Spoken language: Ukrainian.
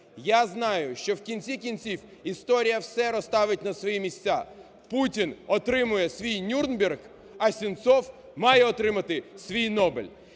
Я знаю, що в кінці кінців історія все поставить на свої місця: Путін отримає свій Нюрнберг, а Сенцов має отримати свій Нобель.